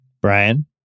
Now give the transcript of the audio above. Brian